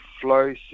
flow